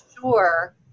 sure